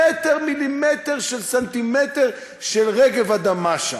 מילימטר-מילימטר של סנטימטר של רגב אדמה שם.